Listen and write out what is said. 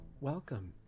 Welcome